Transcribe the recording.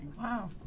Wow